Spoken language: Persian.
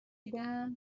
دیدم